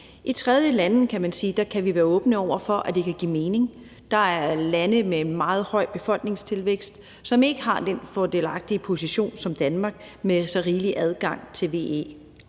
I tredjelande kan vi være åbne over for at det kan give mening. Der er lande med meget høj befolkningstilvækst, som ikke har den fordelagtige position, som Danmark har, med så rigelig adgang til VE,